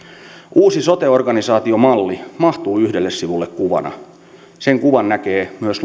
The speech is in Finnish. uusi sote organisaatiomalli mahtuu yhdelle sivulle kuvana sen kuvan näkee myös